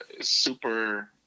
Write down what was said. super